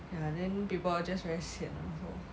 ya and then people just very sian lor